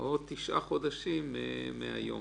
או תשעה חודשים מהיום,